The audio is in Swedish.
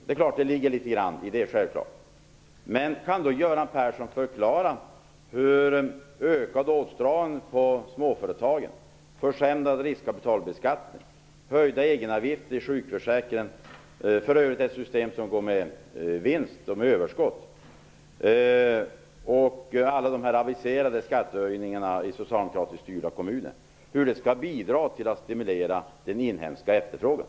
Det ligger självklart litet i det, men kan Göran Persson förklara hur ökad åtstramning för småföretagen, försämrad riskkapitalbeskattning jämte egenavgifter i sjukförsäkringen - för övrigt ett system som går med överskott - och alla de aviserade skattehöjningarna i socialdemokratiskt styrda kommuner skall bidra till att stimulera den inhemska efterfrågan?